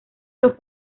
los